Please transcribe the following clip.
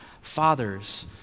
fathers